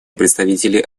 представители